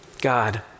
God